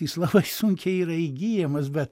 jis labai sunkiai yra įgyjamas bet